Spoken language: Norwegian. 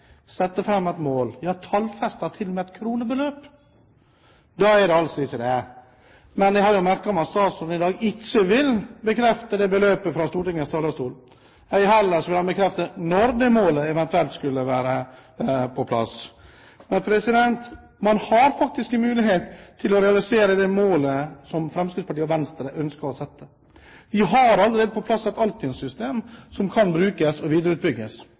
et mål, ja tallfester til og med et kronebeløp, da er det altså ikke det. Men jeg har jo merket meg at statsråden i dag ikke vil bekrefte dette beløpet fra Stortingets talerstol, ei heller vil han bekrefte når dette målet eventuelt skulle være på plass. Men man har faktisk en mulighet til å realisere det målet som Fremskrittspartiet og Venstre ønsker å sette. Vi har allerede på plass et Altinn-system som kan brukes og